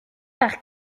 par